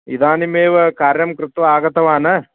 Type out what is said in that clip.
इदानीमेव कार्यं कृत्वा आगतवान्